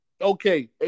Okay